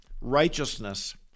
righteousness